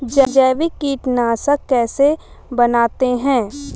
जैविक कीटनाशक कैसे बनाते हैं?